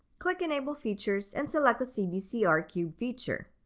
click enable features, and select the cbcr cube feature.